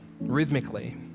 rhythmically